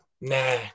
Nah